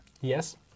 Yes